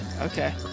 Okay